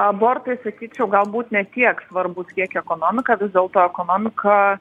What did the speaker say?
abortai sakyčiau galbūt ne tiek svarbūs kiek ekonomika vis dėlto ekonomika